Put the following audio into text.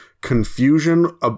confusion